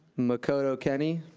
makoto kenney.